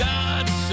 God's